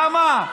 למה?